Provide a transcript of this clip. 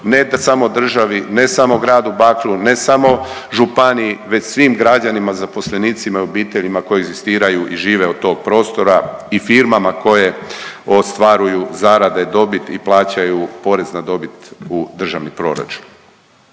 ne samo državi, ne samo Gradu Bakru, ne samo županiji, već svim građanima, zaposlenicima, i obiteljima koje egzistiraju i žive od tog prostora i firmama koje ostvaruju zarade, dobit i plaćaju porez na dobit u državni proračun.